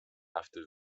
after